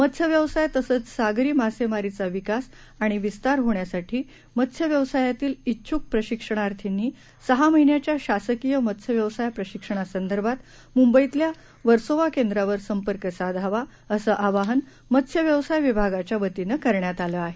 मत्स्यव्यवसाय तसंच सागरी मासेमारीचा विकास आणि विस्तार होण्यासाठी मत्स्यव्यवसायातील च्छुक प्रशिक्षणार्थींनी सहा महिन्याच्या शासकीय मत्स्यव्यवसाय प्रशिक्षणासंदर्भात मुंबईतल्या वर्सोवा केंद्रावर संपर्क साधावा असं आवाहन मत्स्यव्यवसाय विभागाच्या वतीनं करण्यात आलं आहे